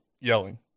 yelling